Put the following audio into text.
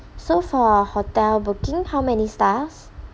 so for hotel booking how many stars